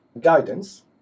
guidance